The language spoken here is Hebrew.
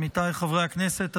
עמיתיי חברי הכנסת,